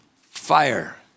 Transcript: fire